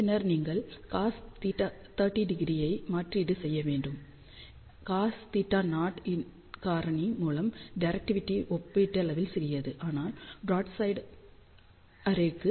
பின்னர் நீங்கள் cos 30° ஐ மாற்றீடு செய்யவேண்டும் cos θ0 இன் காரணி மூலம் டிரெக்டிவிடி ஒப்பீட்டளவில் சிறியது ஆனால் ப்ராட்சைட் அரே க்கு θ00